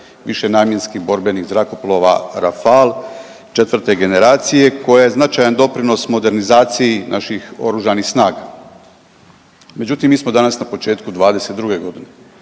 višenamjenskih borbenih zrakoplava Rafal 4. generacije koja je značajan doprinos modernizaciji naših oružanih snaga. Međutim, mi smo danas na početku '22.g.,